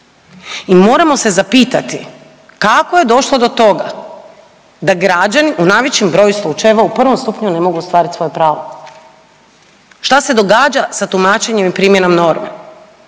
I moramo se zapitati kako je došlo do toga da građani u najvećem broju slučajeva u prvom stupnju ne mogu ostvariti svoje pravo. Šta se događa sa tumačenjem i primjenom norme?